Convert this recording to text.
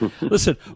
Listen